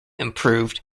improved